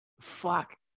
fuck